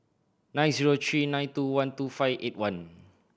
nine zero three nine two one two five eight one